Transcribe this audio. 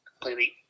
completely